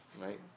Right